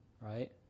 right